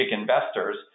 investors